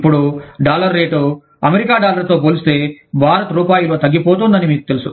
ఇప్పుడు dollar rate America డాలర్తో పోల్చితే భారత రూపాయి విలువ తగ్గిపోతోందని మీకు తెలుసు